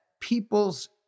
people's